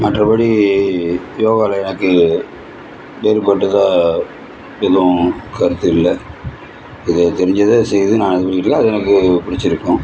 மற்றபடி யோகாவில் எனக்கு வேறுபட்டதாக எதுவும் கருத்து இல்லை இதை தெரிஞ்சதை செய்து நான் இது பண்ணிகிட்டுருக்கேன் அது எனக்கு பிடிச்சுருக்கும்